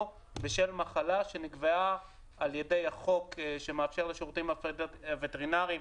בשל מחלה שנקבעה על-ידי החוק שמאפשר לשירותים הווטרינריים,